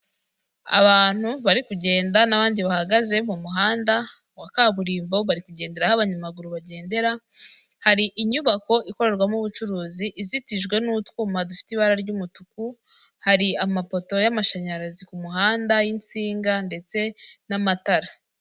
Abantu bari kugenda n'abandi bahagaze mu muhanda wa kaburimbo bari kugendera aho abanyamaguru bagendera hari inyubako ikorerwamo ubucuruzi, izitijwe n'utwuma dufite ibara ry'umutuku, hari amapoto y'amashanyarazi ku muhanda y'insinga ndetse n'amatara.